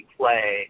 play